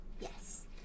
Yes